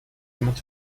jemand